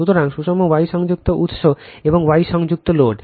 সুতরাং সুষম Y সংযুক্ত উৎস এবং Y সংযুক্ত লোড